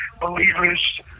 believers